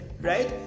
right